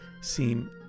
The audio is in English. seem